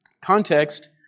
context